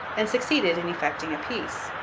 and succeeded in effecting a peace.